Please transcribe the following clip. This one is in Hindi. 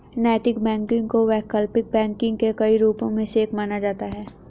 नैतिक बैंकिंग को वैकल्पिक बैंकिंग के कई रूपों में से एक माना जाता है